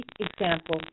example